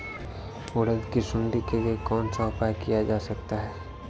उड़द की सुंडी के लिए कौन सा उपाय किया जा सकता है?